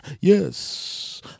Yes